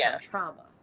trauma